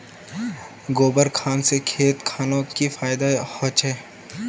गोबर खान से खेत खानोक की फायदा होछै?